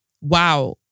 wow